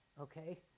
Okay